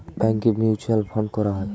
ব্যাংকে mutual fund করা যায়